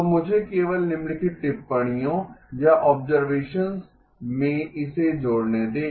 तो मुझे केवल निम्नलिखित टिप्पणियों या ऑब्सेर्वशन्स में इसे जोड़ने दें